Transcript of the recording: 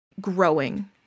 growing